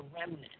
remnant